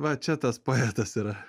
va čia tas poetas yra